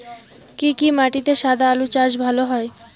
কি কি মাটিতে সাদা আলু চাষ ভালো হয়?